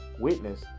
witness